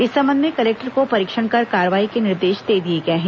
इस संबंध में कलेक्टर को परीक्षण कर कार्रवाई के निर्देश दे दिए गए हैं